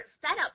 setup